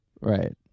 Right